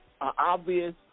obvious